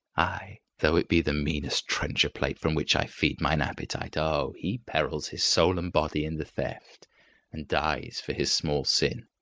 ay! though it be the meanest trencher-plate from which i feed mine appetite oh! he perils his soul and body in the theft and dies for his small sin.